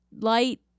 light